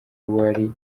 wari